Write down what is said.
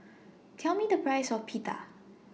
Tell Me The Price of Pita